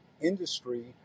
industry